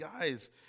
guys